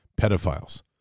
pedophiles